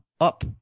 up